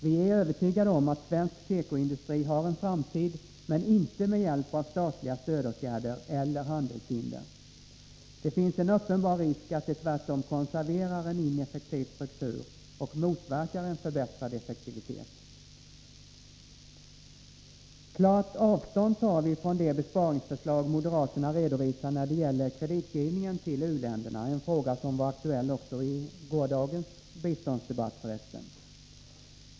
Vi är övertygande om att svensk tekoindustri har en framtid — men inte med hjälp av statlig stödåtgärder eller handelshinder. Det finns en uppenbar risk att det tvärtom konserverar en ineffektiv struktur och motverkar en förbättrad effektivitet. Klart avstånd tar vi från det besparingsförslag moderaterna redovisar när det gäller kreditgivningen till u-länderna — en fråga som för resten också var aktuell i gårdagens biståndsdebatt.